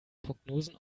prognosen